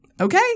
Okay